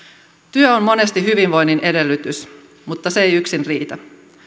työ on monesti hyvinvoinnin edellytys mutta se ei yksin riitä